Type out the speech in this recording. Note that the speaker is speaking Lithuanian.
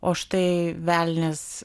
o štai velnias